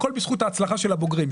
הכול בזכות ההצלחה של הבוגרים.